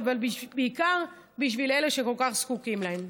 אבל בעיקר בשביל אלה שכל כך זקוקים להן.